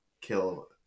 kill